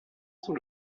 son